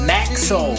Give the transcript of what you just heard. Maxo